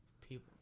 people